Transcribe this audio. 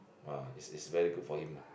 !wah! this is very good for him lah